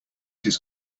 his